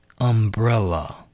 umbrella